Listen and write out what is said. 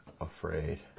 afraid